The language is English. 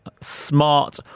smart